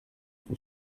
will